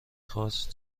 خواست